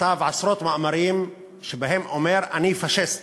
כתב עשרות מאמרים שבהם אמר: אני פאשיסט,